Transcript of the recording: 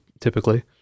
typically